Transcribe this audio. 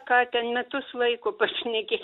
ką ten metus laiko pašnekėti